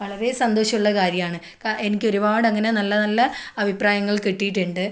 വളരെ സന്തോഷമുള്ള കാര്യമാണ് ക എനിക്ക് ഒരുപാട് അങ്ങനെ നല്ല നല്ല അഭിപ്രായങ്ങൾ കിട്ടിയിട്ടുണ്ട്